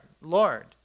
Lord